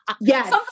Yes